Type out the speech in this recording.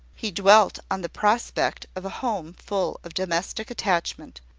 he dwelt on the prospect of a home full of domestic attachment,